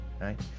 right